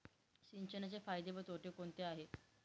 सिंचनाचे फायदे व तोटे कोणते आहेत?